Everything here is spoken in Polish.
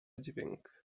dźwięk